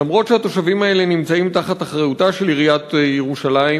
למרות שהתושבים האלה נמצאים תחת אחריותה של עיריית ירושלים,